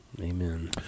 Amen